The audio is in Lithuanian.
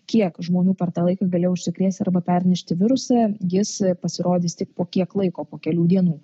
kiek žmonių per tą laiką galėjo užsikrėsti arba pernešti virusą jis pasirodys tik po kiek laiko po kelių dienų